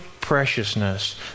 preciousness